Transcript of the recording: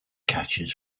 catches